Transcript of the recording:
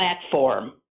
platform